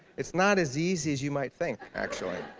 it's not as easy as you might think, actually.